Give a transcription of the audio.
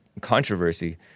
controversy